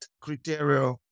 criteria